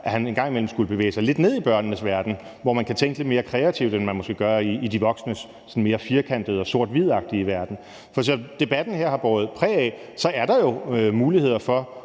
at han en gang imellem skulle bevæge sig lidt ned i børnenes verden, hvor man kan tænke lidt mere kreativt, end man måske gør i de voksnes sådan mere firkantede og sort-hvide verden. For som debatten her har båret præg af, er der jo muligheder for